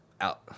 Out